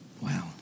Wow